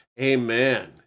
Amen